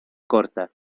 corta